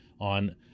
on